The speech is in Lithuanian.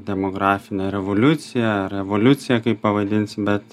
demografine revoliucija revoliucija kaip pavadinsi bet